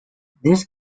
this